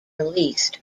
released